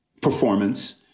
performance